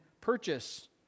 purchase